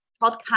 podcast